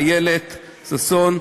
איילת ששון,